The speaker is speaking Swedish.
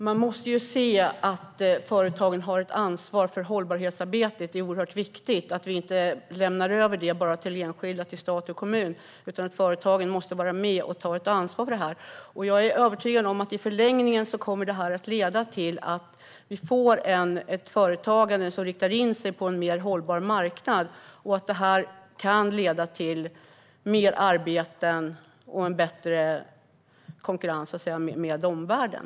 Fru talman! Man måste se att företagen har ett ansvar för hållbarhetsarbetet. Det är oerhört viktigt att vi inte lämnar över det bara till enskilda, stat och kommun, utan företagen måste vara med och ta ansvar för det här. Jag är övertygad om att det här i förlängningen kommer att leda till att vi får ett företagande som riktar in sig på en mer hållbar marknad och att det kan leda till fler arbeten och en bättre konkurrens med omvärlden.